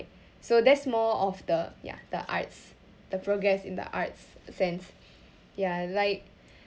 so that's more of the ya the arts the progress in the arts sense ya like